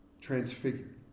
transfigured